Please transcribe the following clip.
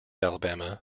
alabama